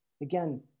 Again